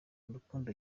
urukundo